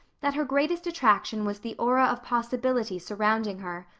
that her greatest attraction was the aura of possibility surrounding her.